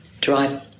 drive